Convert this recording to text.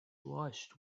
blushed